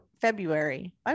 february